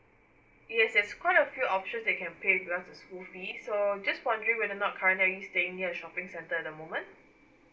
yes there's quite a few options that you can pay with regards to school fees so just wondering whether not currently are you staying near a shopping centre at the moment